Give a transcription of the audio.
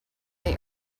they